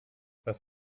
was